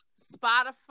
Spotify